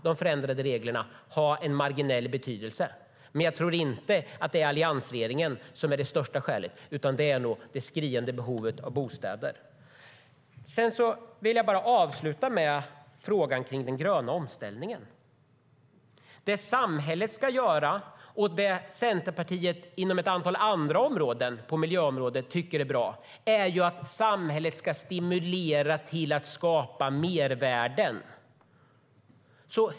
De förändrade reglerna kan ha en marginell betydelse, men jag tror inte att det är alliansregeringen som är det största skälet. Det är nog det skriande behovet av bostäder. Jag vill avsluta med frågan om den gröna omställningen. Det samhället ska göra och det Centerpartiet inom ett antal andra miljöområden tycker är bra är att stimulera till att skapa mervärden.